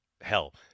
hell